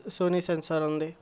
Sony sensor ఉంది